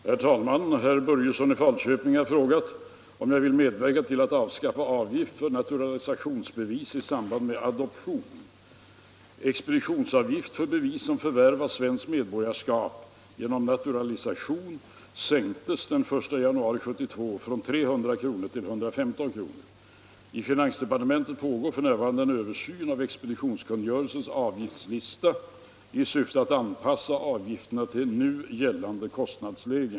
Herr talman! Herr Börjesson i Falköping har frågat mig om jag vill medverka till att avskaffa avgift för naturalisationsbevis i samband med adoption. Expeditionsavgift för bevis om förvärv av svenskt medborgarskap genom naturalisation sänktes den 1 januari 1972 från 300 kr. till 115 kr. I finansdepartementet pågår f. n. en översyn av expeditionskungörelsens avgiftslista i syfte att anpassa avgifterna till nu gällande kostnadsläge.